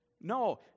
No